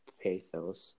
pathos